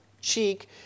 cheek